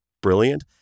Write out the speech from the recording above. brilliant